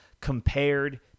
compared